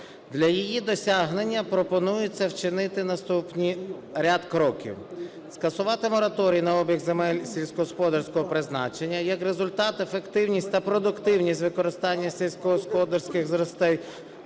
Для її досягнення пропонується вчинити наступні ряд кроків. Скасувати мораторій на обіг земель сільськогосподарського призначення, як результат ефективність та продуктивність використання сільськогосподарських…